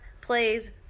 plays